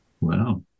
Wow